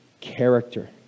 character